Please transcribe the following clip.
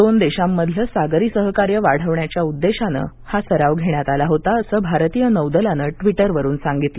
दोन देशांमधलं सागरी सहकार्य वाढवण्याच्या उद्देशानं हा सराव घेण्यात आला होता असं भारतीय नौदलानं ट्वीटरवरून सांगितलं